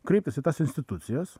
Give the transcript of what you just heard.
kreiptis į tas institucijos